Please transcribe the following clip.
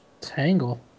Tangle